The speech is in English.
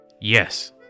Yes